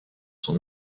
sont